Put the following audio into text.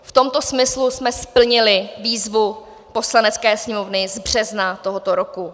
V tomto smyslu jsme splnili výzvu Poslanecké sněmovny z března tohoto roku.